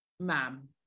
ma'am